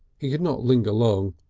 he could not linger long,